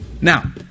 Now